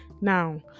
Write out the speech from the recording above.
now